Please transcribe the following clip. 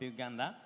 Uganda